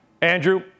Andrew